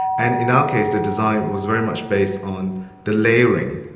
and in our case the design was very much based on the layering,